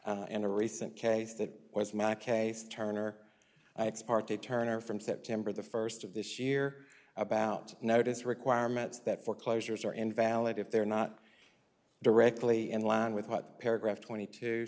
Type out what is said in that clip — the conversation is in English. in a recent case that was my case turner i exported turner from september the first of this year about notice requirements that foreclosures are invalid if they're not directly in line with what paragraph twenty two